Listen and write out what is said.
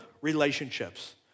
relationships